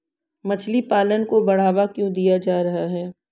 मछली पालन को बढ़ावा क्यों दिया जा रहा है?